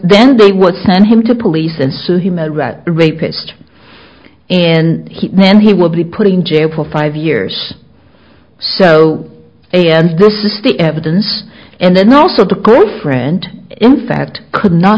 then they would send him to police and so he made that rapist and then he will be put in jail for five years or so and this is the evidence and then also the girlfriend in fact could not